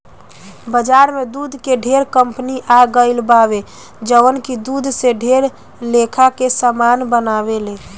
बाजार में दूध के ढेरे कंपनी आ गईल बावे जवन की दूध से ढेर लेखा के सामान बनावेले